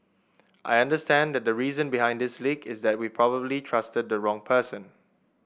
I understand that the reason behind this leak is that we probably trusted the wrong person